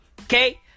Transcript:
Okay